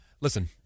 Listen